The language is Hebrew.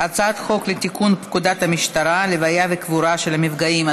הצעת חוק לתיקון פקודת המשטרה (לוויה וקבורה של מפגעים),